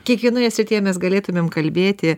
kiekvienoje srityje mes galėtumėm kalbėti